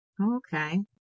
Okay